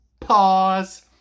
pause